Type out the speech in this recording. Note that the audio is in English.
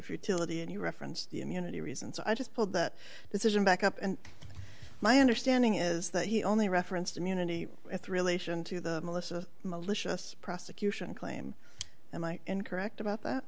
futility and he referenced the immunity reasons i just pulled that decision back up and my understanding is that he only reference to munity with relation to the melissa malicious prosecution claim and i incorrect about that